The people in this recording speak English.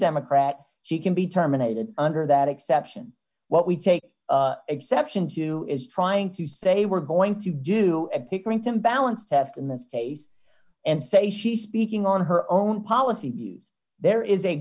democrat she can be terminated under that exception what we take exception to is trying to say we're going to do a pickering timbaland's test in this case and say she's speaking on her own policy views there is a